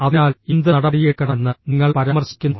അതിനാൽ എന്ത് നടപടിയെടുക്കണമെന്ന് നിങ്ങൾ പരാമർശിക്കുന്നു